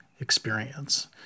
experience